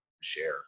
share